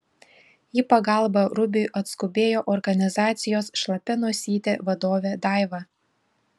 į pagalbą rubiui atskubėjo organizacijos šlapia nosytė vadovė daiva